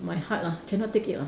my heart lah cannot take it lah